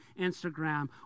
Instagram